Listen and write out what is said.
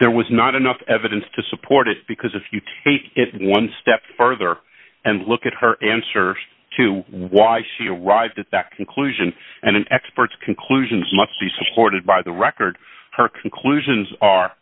there was not enough evidence to support it because if you take it one step further and look at her answer to why she arrived at that conclusion and experts conclusions must be supported by the record her conclusions are